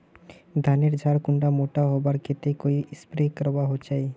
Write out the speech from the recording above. धानेर झार कुंडा मोटा होबार केते कोई स्प्रे करवा होचए?